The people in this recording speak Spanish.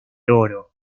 oro